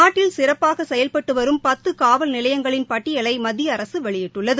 நாட்டில் சிறப்பாக செயல்பட்டு வரும் பத்து காவல் நிலையங்களின் பட்டியலை மத்திய அரசு வெளியிட்டுள்ளது